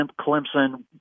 Clemson